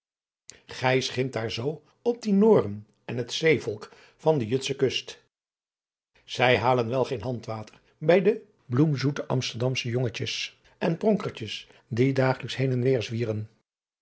gij schimpt daar zoo op die noren en het zeevolk van de jutsche kust zij halen wel geen handwater bij de bloemzoete amsterdamsche jongetjes en pronkertjes die dagelijks heen en weêr zwieren